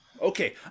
Okay